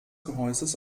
gehäuses